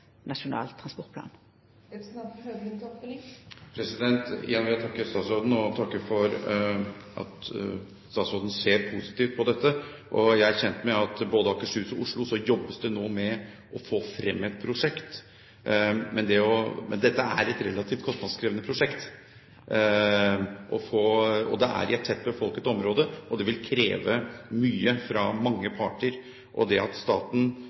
transportplan. Igjen vil jeg takke statsråden og takke for at hun ser positivt på dette. Jeg er kjent med at både i Akershus og Oslo jobbes det nå med å få frem et prosjekt. Men dette er et relativt kostnadskrevende prosjekt, det er i et tett befolket område, og det vil kreve mye fra mange parter. Det at staten